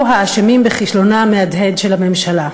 האשמים בכישלונה המהדהד של הממשלה.